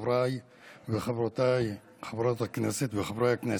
חבריי וחברותיי חברות הכנסת וחברי הכנסת,